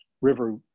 river